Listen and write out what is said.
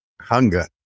Hunger